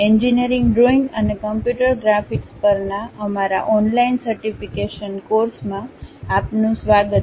engineering drawing અને computer graphics પરના અમારા ઓનલાઇન સર્ટિફિકેશન કોર્સ માં આપનું સ્વાગત છે